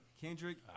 Kendrick